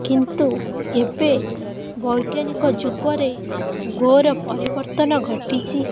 କିନ୍ତୁ ଏବେ ବୈଜ୍ଞାନିକ ଯୁଗରେ ଘୋର ପରିବର୍ତ୍ତନ ଘଟିଛି